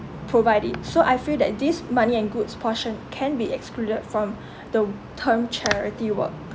provide it so I feel that this money and goods portion can be excluded from the term charity work